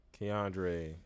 Keandre